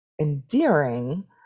endearing